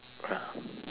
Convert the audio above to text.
ah